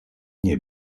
nie